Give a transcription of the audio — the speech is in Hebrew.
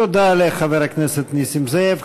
תודה לחבר הכנסת נסים זאב.